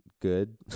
good